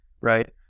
right